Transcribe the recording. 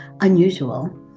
unusual